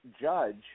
Judge